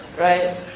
right